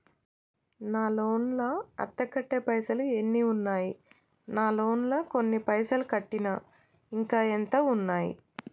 నా లోన్ లా అత్తే కట్టే పైసల్ ఎన్ని ఉన్నాయి నా లోన్ లా కొన్ని పైసల్ కట్టిన ఇంకా ఎంత ఉన్నాయి?